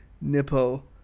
nipple